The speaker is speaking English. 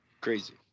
Crazy